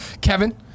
Kevin